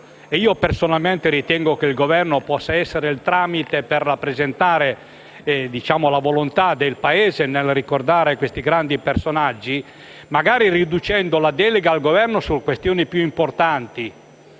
Personalmente ritengo che il Governo possa far da tramite nel rappresentare la volontà del Paese nel ricordare questi grandi personaggi, magari riducendo il contenuto delle deleghe al Governo su questioni più importanti